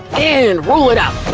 and roll it out!